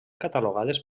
catalogades